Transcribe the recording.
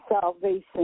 salvation